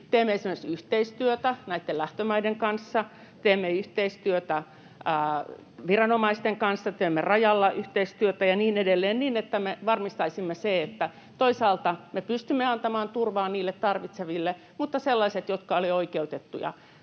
teemme yhteistyötä esimerkiksi näiden lähtömaiden kanssa, teemme yhteistyötä viranomaisten kanssa, teemme rajalla yhteistyötä ja niin edelleen, niin että me varmistaisimme sen, että toisaalta me pystymme antamaan turvaa niille tarvitseville mutta että sellaiset, jotka eivät ole oikeutettuja